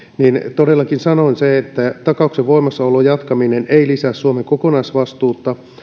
todellakin sanoin sen että takauksen voimassaolon jatkaminen ei lisää suomen kokonaisvastuuta